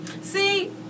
see